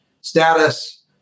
status